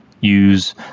use